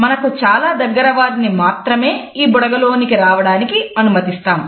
మనకు చాలా దగ్గర వారిని మాత్రమే ఈ బుడగలోనికి రావడానికి అనుమతిస్తాం